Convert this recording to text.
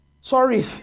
Sorry